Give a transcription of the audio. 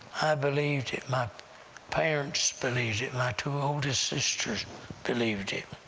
i believed it, my parents believed it, my two oldest sisters believed it.